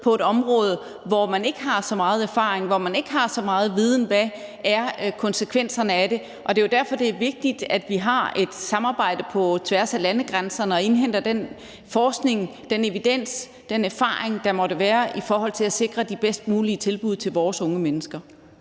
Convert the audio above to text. på et område, hvor man ikke har så meget erfaring, hvor man ikke har så meget viden om, hvad konsekvenserne af det er, og det er jo derfor, det er vigtigt, at vi har et samarbejde på tværs af landegrænserne og indhenter den forskning, den evidens, den erfaring, der måtte være i forhold til at sikre de bedst mulige tilbud til vores unge mennesker.